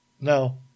no